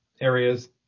areas